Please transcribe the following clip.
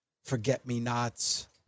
forget-me-nots